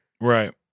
right